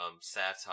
satire